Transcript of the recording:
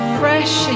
fresh